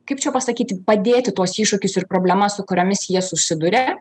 kaip čia pasakyti padėti tuos iššūkius ir problemas su kuriomis jie susiduria